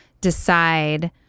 decide